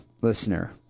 listener